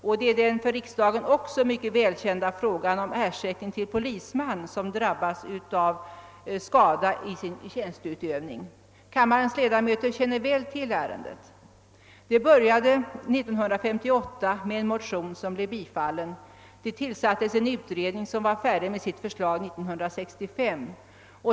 Det gäller den för riksdagen så välkända frågan om ersättning till polisman som drabbas av skada i sin tjänsteutövning. Riksdagens ledamöter känner väl till ärendet. Det började 1958 med en motion som blev bifallen. En utredning tillsattes och den framlade sitt förslag 1965.